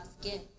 skin